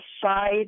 side